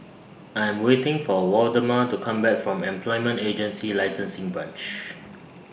I Am waiting For Waldemar to Come Back from Employment Agency Licensing Branch